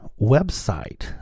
website